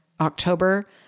October